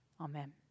Amen